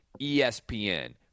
ESPN